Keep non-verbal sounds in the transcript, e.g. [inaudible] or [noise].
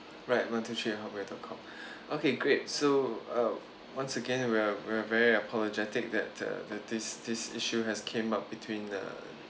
right one two three at hotmail dot com [breath] okay great so uh once again we're we're very apologetic that uh that this this issue has came up between the